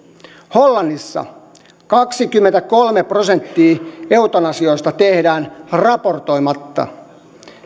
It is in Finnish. hollannissa kaksikymmentäkolme prosenttia eutanasioista tehdään raportoimatta